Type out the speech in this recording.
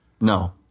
No